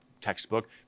textbook